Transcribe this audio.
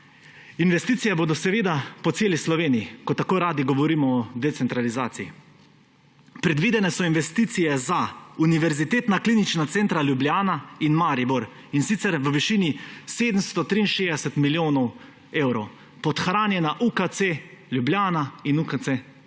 Investicije bodo seveda po celi Sloveniji, ko tako radi govorimo o decentralizaciji. Predvidene so investicije za univerzitetna klinična centra Ljubljana in Maribor, in sicer v višini 763 milijonov evrov. Podhranjena UKC Ljubljana in UKC Maribor.